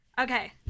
Okay